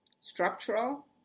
structural